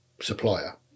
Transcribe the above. supplier